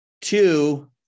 Two